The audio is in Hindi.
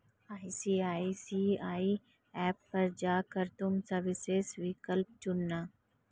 आई.सी.आई.सी.आई ऐप पर जा कर तुम सर्विसेस विकल्प चुनना